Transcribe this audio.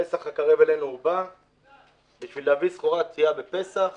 פסח הקרב ובא אלינו, בשביל להביא סחורה טרייה בפסח